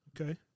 Okay